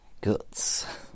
Guts